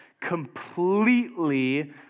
completely